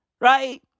right